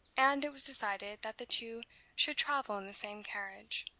and it was decided that the two should travel in the same carriage.